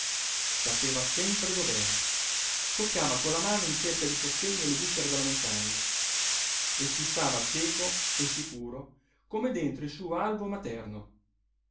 sapeva sempre dov'era toccava con la mano in cerca di sostegno le viscere della montagna e ci stava cieco e sicuro come dentro il suo alvo materno